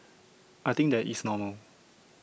I think that is normal